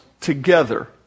together